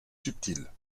subtile